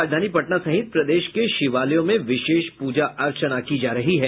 राजधानी पटना सहित प्रदेश के शिवालयों में विशेष प्रजा अर्चना की जा रही है